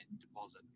deposit